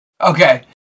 Okay